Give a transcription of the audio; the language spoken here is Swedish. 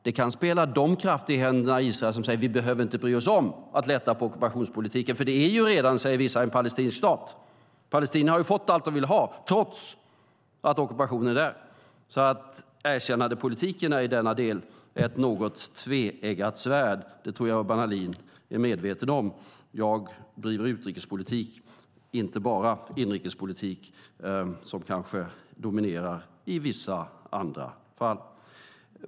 Det kan spela de krafter i händerna i Israel som säger att man inte behöver bry sig om att lätta på ockupationspolitiken, för det är ju redan, säger vissa, en palestinsk stat och att Palestina ju har fått allt de vill ha, trots ockupationen där. Erkännandepolitiken är alltså i denna del ett något tveeggat svärd. Det tror jag att Urban Ahlin är medveten om. Jag driver utrikespolitik, inte bara inrikespolitik, som kanske dominerar i vissa andra fall.